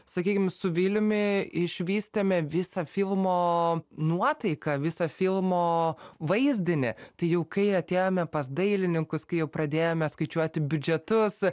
sakykim su viliumi išvystėme visą filmo nuotaiką visą filmo vaizdinį tai jau kai atėjome pas dailininkus kai jau pradėjome skaičiuoti biudžetus